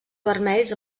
vermells